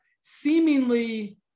seemingly